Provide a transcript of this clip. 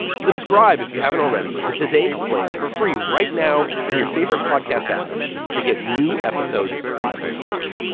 subscribe if you haven't already to today explain for free right now in your favourite podcast app to get new episodes automatically